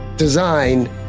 Design